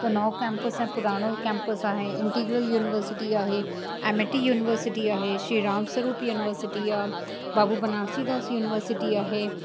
त नओं कैंपस ऐं पुराणो कैंपस आहे इंटीगरल यूनिवर्सिटी आहे एमिटी यूनिवर्सिटी आहे श्री राम स्वरुप यूनिवर्सिटी आहे बाबू बनारसी दास यूनिवर्सिटी आहे